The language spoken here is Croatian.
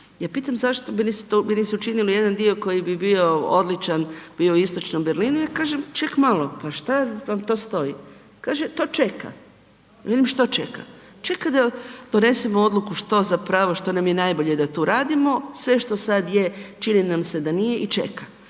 ja pitam zašto meni se učinio jedan dio koji bi bio odličan bio je u Istočnom Berlinu, ja kažem ček malo pa šta vam to stoji, kaže to čeka, velim što čeka, čeka da donesemo odluku što nam je najbolje da tu radimo, sve što sada je čini nam se da nije i čeka.